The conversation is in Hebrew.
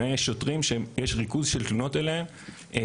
אם יש שוטרים שיש ריכוז של תלונות עליהם שהוא